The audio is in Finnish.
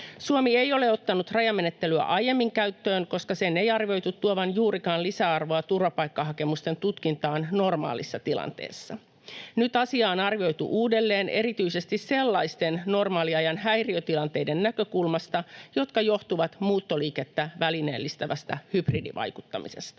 Suomi ei ole ottanut rajamenettelyä aiemmin käyttöön, koska sen ei arvioitu tuovan juurikaan lisäarvoa turvapaikkahakemusten tutkintaan normaalissa tilanteessa. Nyt asia on arvioitu uudelleen erityisesti sellaisten normaaliajan häiriötilanteiden näkökulmasta, jotka johtuvat muuttoliikettä välineellistävästä hybridivaikuttamisesta.